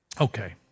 Okay